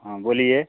हाँ बोलिए